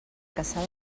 cassà